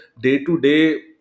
day-to-day